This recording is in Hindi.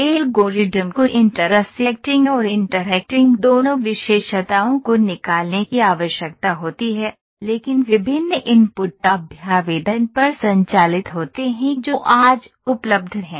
एल्गोरिदम को इंटरसेक्टिंग और इंटरैक्टिंग दोनों विशेषताओं को निकालने की आवश्यकता होती है लेकिन विभिन्न इनपुट अभ्यावेदन पर संचालित होते हैं जो आज उपलब्ध हैं